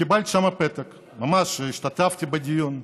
קיבלתי שם פתק, השתתפתי בדיון,